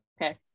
okay